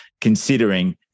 considering